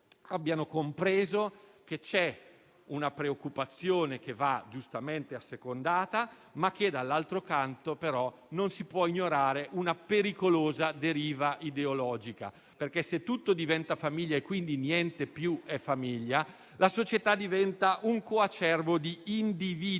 abbiano compreso che c'è una preoccupazione che va giustamente assecondata, ma che, d'altro canto, però, non si può ignorare una pericolosa deriva ideologica. Se tutto diventa famiglia e, quindi, niente più è famiglia, la società diventa un coacervo di individui